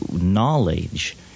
Knowledge